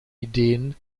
ideen